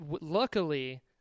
luckily